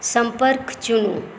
सम्पर्क चुनू